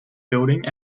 building